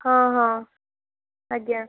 ହଁ ହଁ ଆଜ୍ଞା